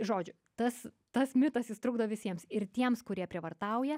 žodžiu tas tas mitas jis trukdo visiems ir tiems kurie prievartauja